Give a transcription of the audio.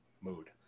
mood